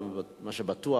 מה שבטוח,